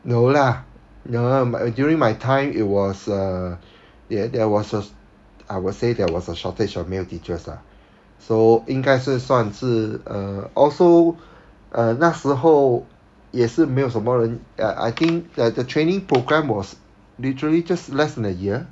no lah no during my time it was uh there there was a I would say there was a shortage of male teachers lah so 应该是算是 uh also err 那时候也是没有什么人 uh I think the the training programme was literally just less than a year